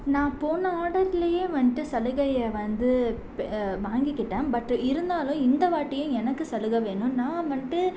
நான் போன ஆடர்லேயே வந்துட்டு சலுகையை வந்து ப் வாங்கிக்கிட்டேன் பட் இருந்தாலும் இந்த வாட்டியும் எனக்கு சலுகை வேணும் நான் மட்டும்